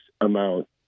amount